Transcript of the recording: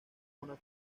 una